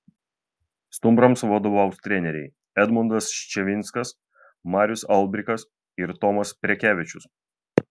stumbrams vadovaus treneriai edmundas ščiavinskas marius albrikas ir tomas prekevičius